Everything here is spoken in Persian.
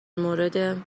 مورد